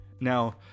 now